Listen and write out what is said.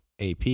AP